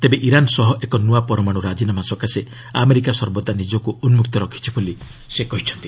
ତେବେ ଇରାନ ସହ ଏକ ନୂଆ ପରମାଣୁ ରାଜିନାମା ସକାଶେ ଆମେରିକା ସର୍ବଦା ନିଜକୁ ଉନ୍କକ୍ତ ରଖିଛି ବୋଲି ସେ କହିଛନ୍ତି